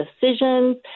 decisions